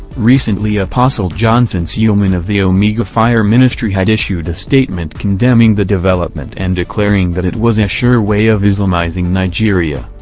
recently apostle johnson suleman of the omega fire ministry had issued a statement condemning the development and declaring that it was a sure way of islamizing nigeria!